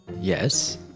Yes